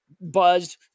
buzzed